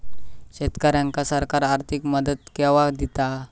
शेतकऱ्यांका सरकार आर्थिक मदत केवा दिता?